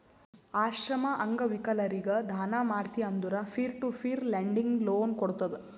ಆಶ್ರಮ, ಅಂಗವಿಕಲರಿಗ ದಾನ ಮಾಡ್ತಿ ಅಂದುರ್ peer to peer lending loan ಕೋಡ್ತುದ್